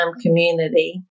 community